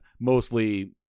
Mostly